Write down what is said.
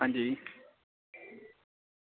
आं जी